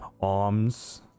arms